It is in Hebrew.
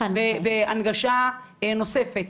בהנגשה נוספת.